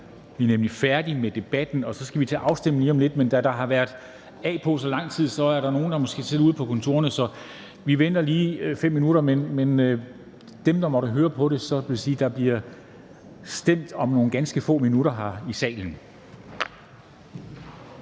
er vi nemlig færdige med debatten og skal gå til afstemning lige om lidt. Men da der har været kaldt til afstemning i så lang tid, er der måske nogle, der har siddet ude på kontorerne, så vi venter lige 5 minutter. Til dem, der måtte høre det, vil jeg sige, at der bliver stemt om nogle ganske få minutter herinde i salen.